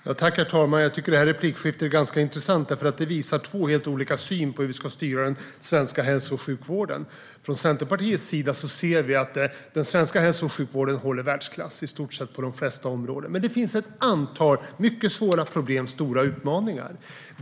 Herr talman! Jag tycker att det här replikskiftet är ganska intressant eftersom det visar två helt olika sätt att se på hur vi ska styra den svenska hälso och sjukvården. Från Centerpartiets sida ser vi att den svenska hälso och sjukvården håller världsklass på de flesta områden. Men det finns ett antal mycket svåra problem och stora utmaningar.